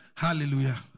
hallelujah